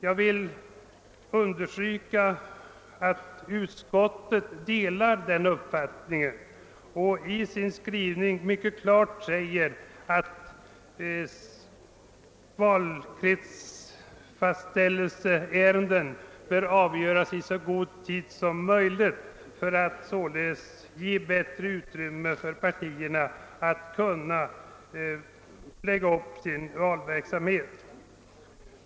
Jag vill understryka att utskottet delar den uppfattningen och i sin skrivning mycket klart säger att valkretsfastställelseärenden bör avgöras i så god tid som möjligt för att således ge bättre utrymme för partierna att kunna lägga upp sin valverksamhet.